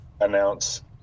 announce